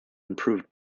improved